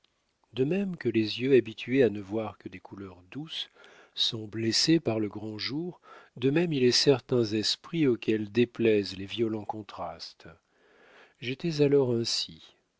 de même que les yeux habitués à ne voir que des couleurs douces sont blessés par le grand jour de même il est certains esprits auxquels déplaisent les violents contrastes j'étais alors ainsi